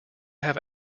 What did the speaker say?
have